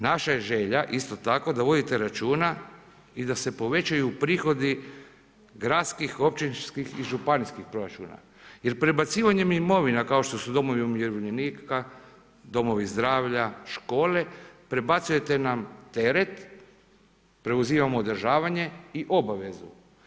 Naša je želja isto tako da vodite računa i da se povećaju prihodi gradskih, općinskih i županijskih proračuna jer prebacivanjem imovina, kao što su domovi umirovljenika, domovi zdravlja, škole, prebacujete nam teret, preuzimamo održavanje i obavezu.